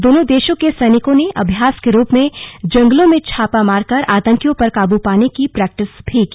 दोनों देशों के सैनिकों ने अभ्यास के रूप में जंगलों में छापा मारकर आतंकियों पर काबू पाने की प्रैक्टिस भी की